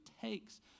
takes